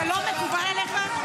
זה לא מקובל עליך?